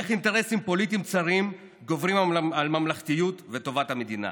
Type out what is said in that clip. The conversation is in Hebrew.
איך אינטרסים פוליטיים צרים גוברים על ממלכתיות וטובת המדינה?